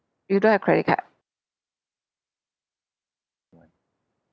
you don't have credit card